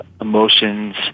emotions